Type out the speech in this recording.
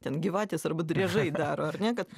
ten gyvatės arba driežai daro ar ne kad